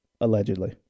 Allegedly